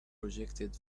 projected